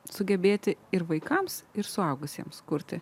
sugebėti ir vaikams ir suaugusiems kurti